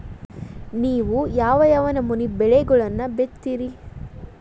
ನೇವು ಯಾವ್ ಯಾವ್ ನಮೂನಿ ಬೆಳಿಗೊಳನ್ನ ಬಿತ್ತತಿರಿ?